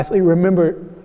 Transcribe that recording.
remember